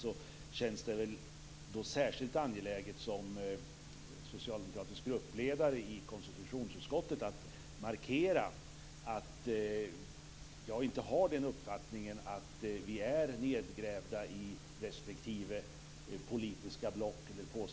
Det känns för mig som socialdemokratisk gruppledare i konstitutionsutskottet särskilt angeläget att markera att jag inte har den uppfattningen att vi är nedgrävda i respektive politiska fåror.